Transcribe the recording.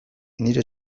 nire